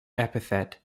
epithet